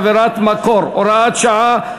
עבירת מקור) (הוראת שעה),